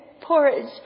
porridge